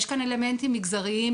יש כאן אלמנטים מגזריים,